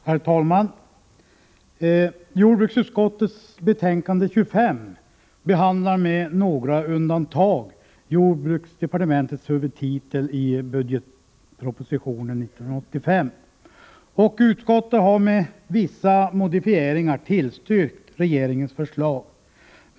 Herr talman! I jordbruksutskottets betänkande 25 behandlas, med några undantag, jordbruksdepartementets huvudtitel i budgetpropositionen 1985. Utskottet har med vissa modifieringar tillstyrkt regeringens förslag.